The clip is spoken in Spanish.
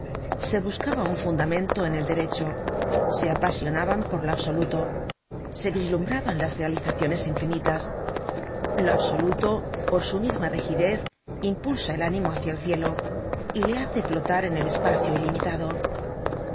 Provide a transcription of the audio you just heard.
se buscaba un fundamento en el derecho se apasionaban por lo absoluto se vislumbraban las realizaciones infinitas lo absoluto por su misma rigidez impulsa el ánimo hácia el cielo y le hace flotar en el espacio ilimitado no